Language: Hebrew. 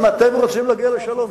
אם אתם רוצים להגיע לשלום.